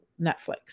Netflix